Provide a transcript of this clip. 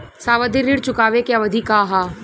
सावधि ऋण चुकावे के अवधि का ह?